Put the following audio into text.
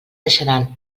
deixaria